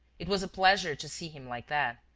it was a pleasure to see him like that,